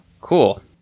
Cool